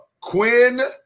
Quinn